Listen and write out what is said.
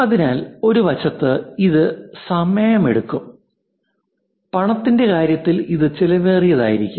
അതിനാൽ ഒരു വശത്ത് ഇത് സമയമെടുക്കും പണത്തിന്റെ കാര്യത്തിൽ ഇത് ചെലവേറിയതായിരിക്കും